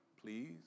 please